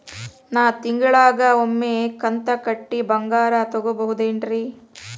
ನಾ ತಿಂಗಳಿಗ ಒಮ್ಮೆ ಕಂತ ಕಟ್ಟಿ ಬಂಗಾರ ತಗೋಬಹುದೇನ್ರಿ?